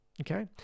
okay